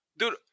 Dude